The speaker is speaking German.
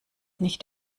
nicht